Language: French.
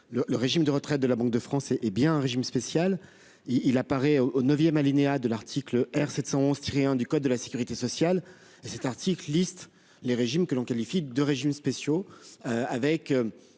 le régime de retraite de la Banque de France est bien un régime spécial. Il apparaît au neuvième alinéa de l'article R. 711-1 du code de la sécurité sociale, qui liste les régimes que l'on qualifie de « spéciaux